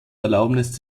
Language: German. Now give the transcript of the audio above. erlaubnis